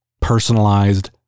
personalized